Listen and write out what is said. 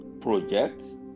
projects